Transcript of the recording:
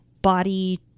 body